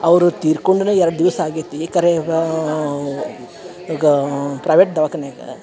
ಅವರು ತೀರ್ಕೊಂಡನು ಎರಡು ದಿವಸ ಆಗ್ಯೈತಿ ಖರೆ ಗಾ ಈಗ ಪ್ರೈವೇಟ್ ದವಖಾನ್ಯಾಗ